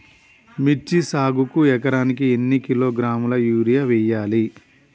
మిర్చి సాగుకు ఎకరానికి ఎన్ని కిలోగ్రాముల యూరియా వేయాలి?